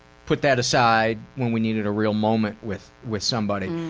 put that aside when we needed a real moment with with somebody.